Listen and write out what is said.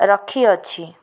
ରଖିଅଛି